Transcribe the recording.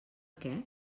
què